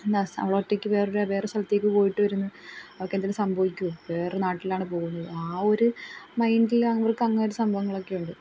എന്താണ് അവൾ ഒറ്റയ്ക്ക് വേറെ വേറെയൊരു സ്ഥലത്തേക്ക് പോയിട്ട് വരുന്നു അവൾക്ക് എന്തെങ്കിലും സംഭവിക്കുമോ വേറെ നാട്ടിലാണ് പോകുന്നത് ആ ഒരു മൈൻഡിൽ ആളുകൾക്ക് അങ്ങനെയൊരു സംഭവങ്ങളൊക്കെ ഉണ്ട്